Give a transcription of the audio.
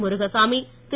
Murugasamy Thiru